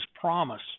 promise